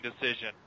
decision